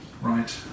Right